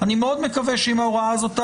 אני מאוד מקווה שאם היא תעבור,